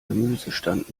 gemüsestand